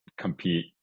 compete